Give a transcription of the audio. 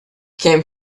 came